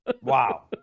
Wow